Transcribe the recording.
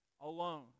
alone